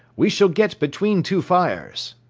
we shall get between two fires.